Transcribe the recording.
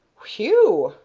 whew!